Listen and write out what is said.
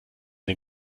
den